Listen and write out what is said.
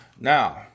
Now